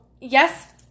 yes